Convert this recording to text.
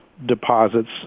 deposits